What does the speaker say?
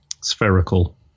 spherical